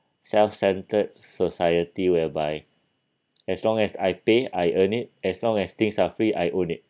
self centred society whereby as long as I pay I earn it as long as things are free I own it